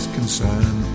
concern